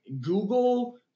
Google